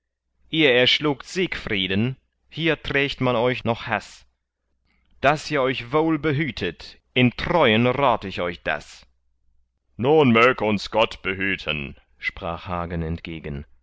ihr erschlugt siegfrieden hier trägt man euch noch haß daß ihr euch wohl behütet in treuen rat ich euch das nun mög uns gott behüten sprach hagen entgegen